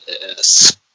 Yes